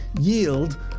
Yield